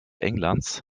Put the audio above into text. englands